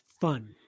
fun